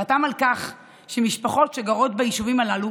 הוא חתם על כך שמשפחות שגרות ביישובים הללו